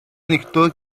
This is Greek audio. ανοιχτό